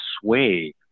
sway